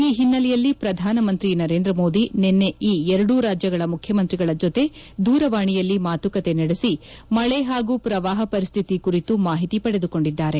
ಈ ಹಿನ್ನೆಲೆಯಲ್ಲಿ ಪ್ರಧಾನ ಮಂತ್ರಿ ನರೇಂದ್ರ ಮೋದಿ ನಿನ್ನೆ ಈ ಎರಡೂ ರಾಜ್ಗಗಳ ಮುಖ್ಯಮಂತ್ರಿಗಳ ಜೊತೆ ದೂರವಾಣಿಯಲ್ಲಿ ಮಾತುಕತೆ ನಡೆಸ ಮಳೆ ಹಾಗೂ ಪ್ರವಾಪ ಪರಿಸ್ಥಿತಿ ಕುರಿತು ಮಾಹಿತಿ ಪಡೆದುಕೊಂಡಿದ್ದಾರೆ